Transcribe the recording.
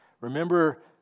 Remember